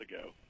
ago